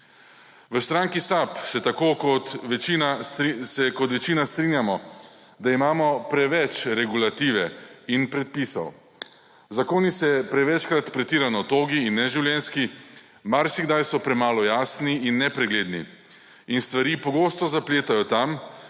V stranki SAB se tako kot večina strinjamo, da imamo preveč regulative in predpisov. Zakoni so prevečkrat pretirano togi in neživljenjski, marsikdaj so premalo jasni in nepregledni. In stvari pogosto zapletajo tam,